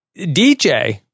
DJ